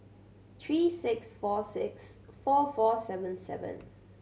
three six four six four four seven seven